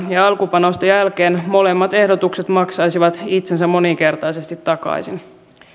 ja alkupanosten jälkeen molemmat ehdotukset maksaisivat itsensä moninkertaisesti takaisin